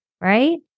Right